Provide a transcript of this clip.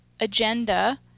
agenda